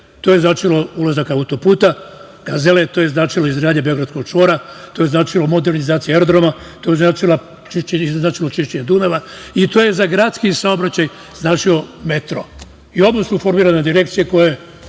To je značilo ulazak auto-puta Gazela, to je značilo izgradnju beogradskog čvora, to je značilo modernizaciju aerodroma, to je značilo čišćenje Dunava i to je za gradski saobraćaj značio metro. Odmah su formirane direkcije koje